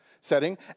setting